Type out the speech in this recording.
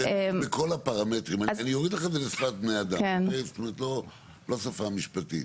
השאלה בכל הפרמטרים, לא בשפה משפטית.